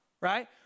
Right